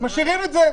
משאירים את זה.